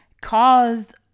caused